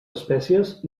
espècies